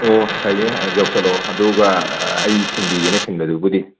ꯑꯣ ꯐꯩꯌꯦ ꯌꯧꯁꯤꯜꯂꯛꯑꯣ ꯑꯗꯨꯒ ꯑꯩ ꯊꯤꯟꯕꯤꯒꯦꯅꯦ ꯊꯤꯟꯕꯗꯨꯕꯨꯗꯤ